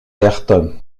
ayrton